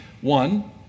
One